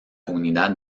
unidad